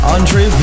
Andre